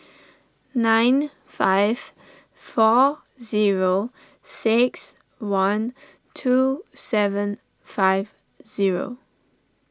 nine five four zero six one two seven five zero